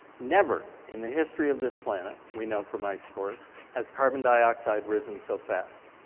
never in the history of this planet we know from ice cores has carbon dioxide risen so fast.